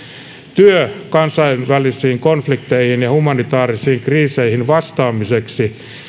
työ kansainvälisiin konflikteihin ja humanitaarisiin kriiseihin vastaamiseksi